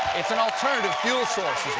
san alternative fuel source,